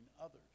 others